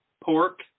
pork